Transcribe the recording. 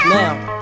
now